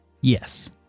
yes